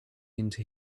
into